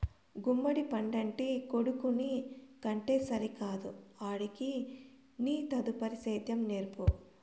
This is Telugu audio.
గుమ్మడి పండంటి కొడుకుని కంటే సరికాదు ఆడికి నీ తదుపరి సేద్యం నేర్పు